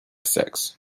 sex